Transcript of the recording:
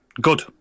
Good